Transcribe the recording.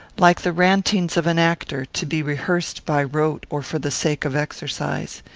like the rantings of an actor, to be rehearsed by rote or for the sake of exercise.